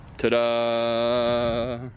Ta-da